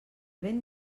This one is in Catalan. vent